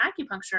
acupuncture